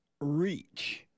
reach